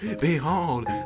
Behold